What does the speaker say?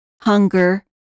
hunger